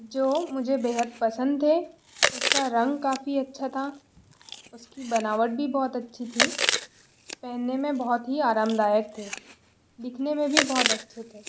जो मुझे बेहद पसंद थे उसका रंग काफ़ी अच्छा था उसकी बनावट भी बहुत अच्छी थी पहनने में बहुत आरामदायक थे दिखने मे भी बहुत अच्छे थे